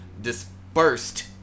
dispersed